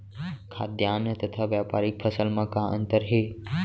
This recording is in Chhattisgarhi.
खाद्यान्न तथा व्यापारिक फसल मा का अंतर हे?